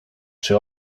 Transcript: czy